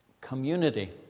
Community